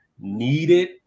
needed